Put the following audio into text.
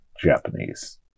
Japanese